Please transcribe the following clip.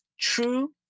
true